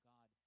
God